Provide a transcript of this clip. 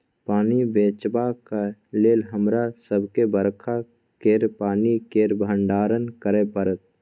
पानि बचेबाक लेल हमरा सबके बरखा केर पानि केर भंडारण करय परत